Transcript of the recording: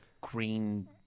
green